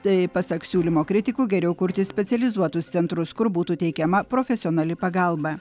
tai pasak siūlymo kritikų geriau kurti specializuotus centrus kur būtų teikiama profesionali pagalba